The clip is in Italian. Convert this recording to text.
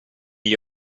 gli